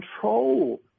control